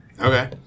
Okay